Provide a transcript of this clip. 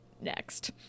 next